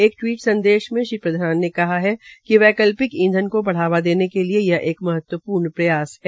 एक टवीट संदेश में श्री प्रधान ने कहा कि वैकिल्पक ईधन को बढ़ावा देने के लिए यह एक महत्वपूर्ण प्रयास है